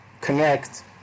connect